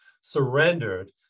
surrendered